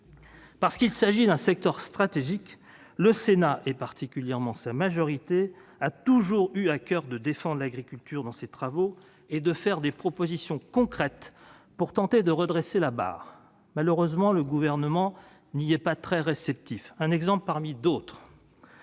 Parce qu'il s'agit d'un secteur stratégique, le Sénat, et particulièrement sa majorité, a toujours eu à coeur de défendre l'agriculture dans ses travaux et de faire des propositions concrètes pour tenter de redresser la barre. Malheureusement, le Gouvernement n'y est pas très réceptif. Un exemple parmi d'autres